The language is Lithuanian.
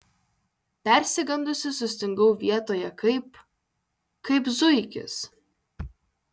persigandusi sustingau vietoje kaip kaip zuikis